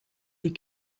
des